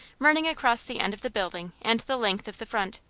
running across the end of the building and the length of the front.